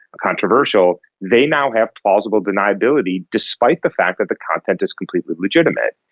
controversial, they now have plausible deniability, despite the fact that the content is completely legitimate.